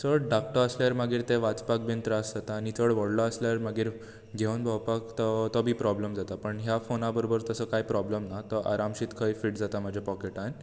चड धाकटो आसल्यार मागीर ते वाचपाक बीन त्रास जाता आनी चड व्हडलो आसल्यार मागीर घेवन भोंवपाक बी तो प्रोबलेम जाता पूण ह्या फोना बरोबर तसो कांय प्रोबलम ना सारको आरामशीर खंय फीट जाता म्हज्या पाॅकेटान